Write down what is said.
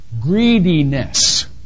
greediness